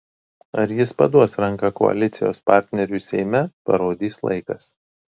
ar jis paduos ranką koalicijos partneriui seime parodys laikas